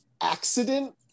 accident